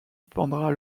prendra